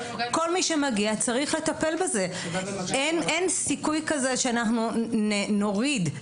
אין סיכוי כזה שאנחנו נוריד.